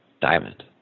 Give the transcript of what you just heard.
diamond